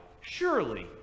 surely